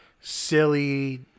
silly